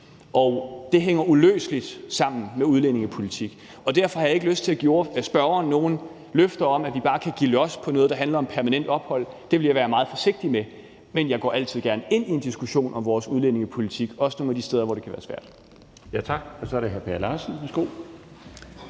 Det hænger uløseligt sammen med udlændingepolitik, og derfor har jeg ikke lyst til at give spørgeren nogen løfter om, at vi bare kan give los på noget, der handler om permanent ophold. Det ville jeg være meget forsigtig med. Men jeg går altid gerne ind i en diskussion om vores udlændingepolitik, også nogle af de steder, hvor det kan være svært. Kl. 21:01 Den fg. formand (Bjarne